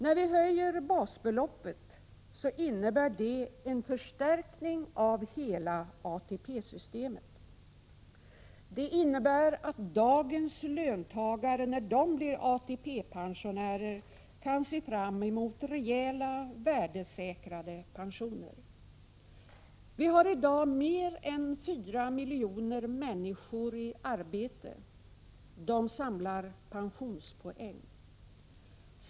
När vi höjer basbeloppet innebär det en förstärkning av hela ATP-systemet. Det betyder att dagens löntagare, när de blir ATP-pensionärer, kan se fram emot rejäla, värdesäkrade pensioner. Vi har i dag mer än 4 miljoner människor i arbete. De samlar pensionspoäng.